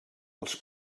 els